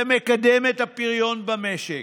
זה מקדם את הפריון במשק,